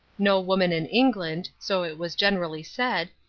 no woman in england, so it was generally said,